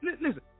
Listen